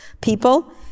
people